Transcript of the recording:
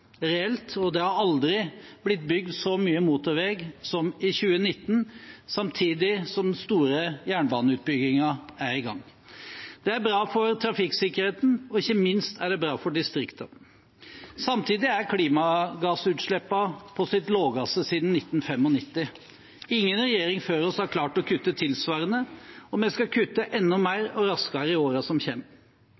reelt – og det har aldri blitt bygd så mye motorvei som i 2019, samtidig som store jernbaneutbygginger er i gang. Det er bra for trafikksikkerheten, og ikke minst er det bra for distriktene. Samtidig er klimagassutslippene på sitt laveste siden 1995. Ingen regjering før oss har klart å kutte tilsvarende, og vi skal kutte enda mer